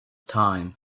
time